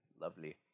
lovely